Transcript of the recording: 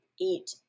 Eat